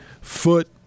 foot